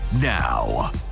now